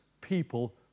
people